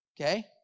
okay